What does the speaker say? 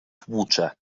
tłucze